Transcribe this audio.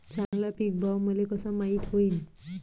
चांगला पीक भाव मले कसा माइत होईन?